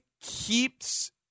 keeps